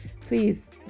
please